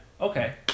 okay